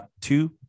two